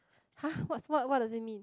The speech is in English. [huh] what's what does it mean